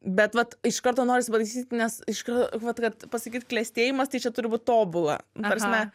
bet vat iš karto norisi valgyti nes iškart vat kad pasakyt klestėjimas tai čia turbūt tobula ta prasme